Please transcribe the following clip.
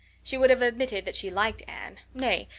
she would have admitted that she liked anne nay,